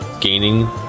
gaining